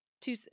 two –